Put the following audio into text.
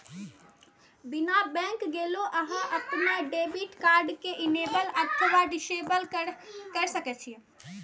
बिना बैंक गेलो अहां अपन डेबिट कार्ड कें इनेबल अथवा डिसेबल कैर सकै छी